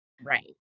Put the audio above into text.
Right